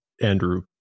Andrew